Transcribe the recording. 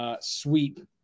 sweep